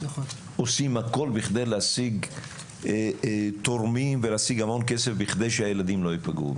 עושים הרבה כדי להשיג תורמים ולהשיג המון כסף בכדי שהילדים לא ייפגעו.